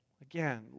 again